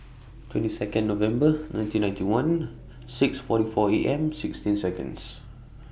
twenty Second November nineteen ninety one six forty four Am sixteen Seconds